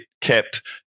kept